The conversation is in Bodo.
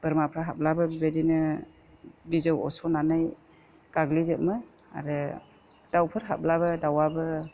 बोरमाफ्रा हाब्लाबो बेबायदिनो बिजौ अरसननानै गाग्लिजोबो आरो दाउफोर हाब्लाबो दाउआबो